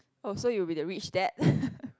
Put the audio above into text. oh so you will be the rich dad